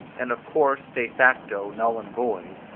and of course de facto null and void,